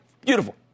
beautiful